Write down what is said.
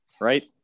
right